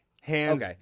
Hands